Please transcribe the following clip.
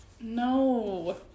No